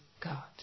God